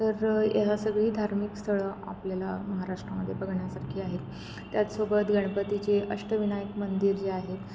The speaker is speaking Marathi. तर ह्या सगळी धार्मिक स्थळं आपल्याला महाराष्ट्रामध्ये बघण्यासारखी आहेत त्याचसोबत गणपतीचे अष्टविनायक मंदिर जे आहेत